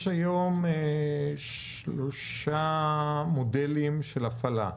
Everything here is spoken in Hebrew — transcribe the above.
יש היום שלושה מודלים של הפעלה.